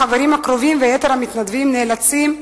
החברים הקרובים ויתר המתנדבים נאלצים,